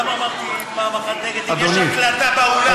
אמרתי פעם אחת נגד, אם יש הקלטה באולם.